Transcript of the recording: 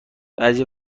بعضی